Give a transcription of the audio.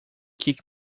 kick